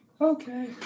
Okay